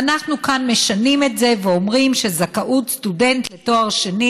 ואנחנו כאן משנים את זה ואומרים שזכאות סטודנט לתואר שני